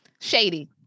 Shady